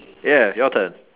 yeah your turn